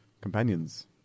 companions